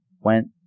went